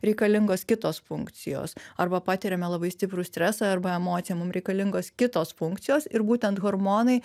reikalingos kitos funkcijos arba patiriame labai stiprų stresą arba emociją mum reikalingos kitos funkcijos ir būtent hormonai